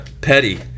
Petty